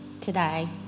today